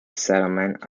settlement